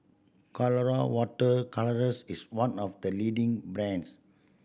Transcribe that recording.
Colora Water Colours is one of the leading brands